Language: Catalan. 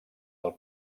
del